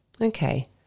Okay